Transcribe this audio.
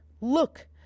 Look